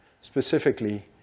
Specifically